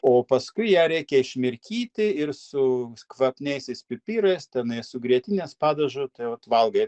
o paskui ją reikia išmirkyti ir su kvapniaisiais pipirais tenai su grietinės padažu tai vat valgai